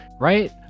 right